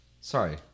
Sorry